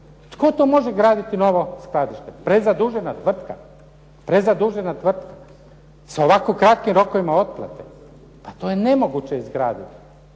Tko to može graditi novo skladište? Prezadužena tvrtka sa ovako kratkim rokovima otplate? Pa to je nemoguće izgraditi.